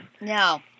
No